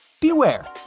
Beware